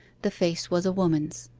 the face was a woman's.